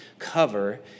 cover